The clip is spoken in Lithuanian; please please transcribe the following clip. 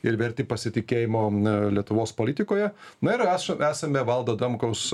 ir verti pasitikėjimo n lietuvos politikoje na ir aš esame valdo adamkaus